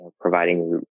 providing